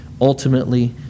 ultimately